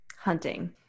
hunting